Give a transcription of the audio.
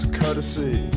courtesy